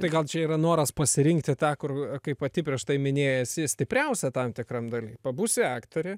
tai gal čia yra noras pasirinkti tą kur kaip pati prieš tai minėjai esi stipriausia tam tikram dar pabūsi aktorė